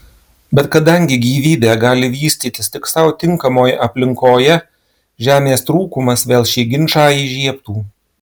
bet kadangi gyvybė gali vystytis tik sau tinkamoje aplinkoje žemės trūkumas vėl šį ginčą įžiebtų